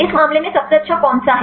इस मामले में सबसे अच्छा कौन सा है